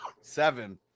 Seven